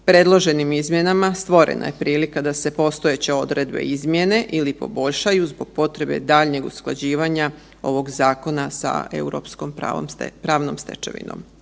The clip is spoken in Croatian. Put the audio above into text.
Predloženim izmjenama stvorena je prilika da se postojeće odredbe izmjene ili poboljšaju zbog potrebe daljnjeg usklađivanja ovog zakona sa Europskom pravnom stečevinom.